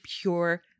pure